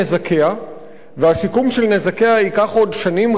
והשיקום של נזקיה ייקח עוד שנים רבות מאוד מאוד.